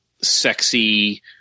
sexy